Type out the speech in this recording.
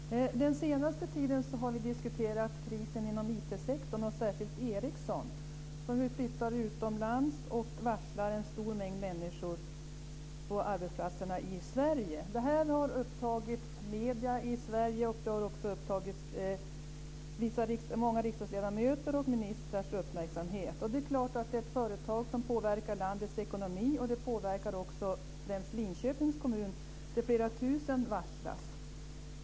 Fru talman! Den senaste tiden har vi diskuterat krisen inom IT-sektorn, särskilt Ericsson. Ericsson flyttar nu utomlands och har varslat en stor mängd människor på de svenska arbetsplatserna. Frågan har upptagit mediernas uppmärksamhet i Sverige och även många riksdagsledamöters och ministrars uppmärksamhet. Det är ett företag som påverkar landets ekonomi och främst Linköpings kommun där flera tusen har varslats.